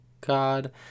God